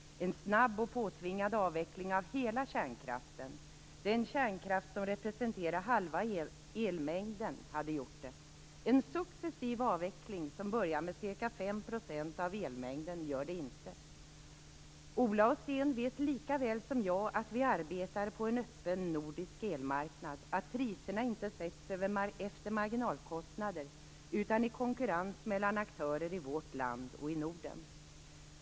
En snabb och påtvingad avveckling av hela kärnkraften - den kärnkraft som representerar halva elmängden - hade gjort det. En successiv avveckling som börjar med ca 5 % av elmängden gör det inte. Ola och Sten vet lika väl som jag att vi arbetar på en öppen nordisk elmarknad och att priserna inte sätts efter marginalkostnader utan i konkurrens mellan aktörer i vårt land och i Norden.